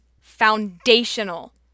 foundational